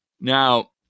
Now